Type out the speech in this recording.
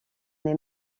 les